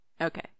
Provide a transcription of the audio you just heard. Okay